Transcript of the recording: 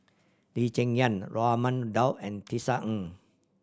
Lee Cheng Yan Raman Daud and Tisa Ng